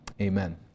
Amen